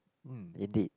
hmm indeed